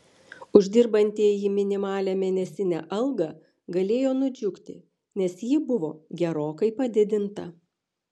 uždirbantieji minimalią mėnesinę algą galėjo nudžiugti nes ji buvo gerokai padidinta